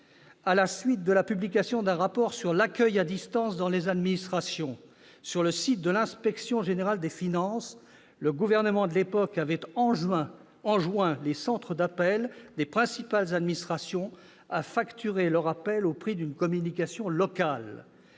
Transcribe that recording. à la suite de la publication d'un rapport sur l'accueil à distance dans les administrations sur le site internet de l'Inspection générale des finances, enjoint les centres d'appels des principales administrations à facturer leurs appels au prix d'une communication locale.